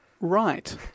right